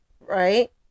right